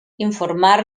informar